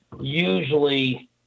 Usually